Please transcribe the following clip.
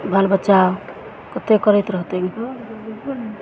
बालबच्चा कतेक करैत रहतै जो ने जल्दी जो ने